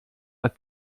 als